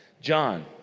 John